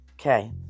Okay